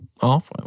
off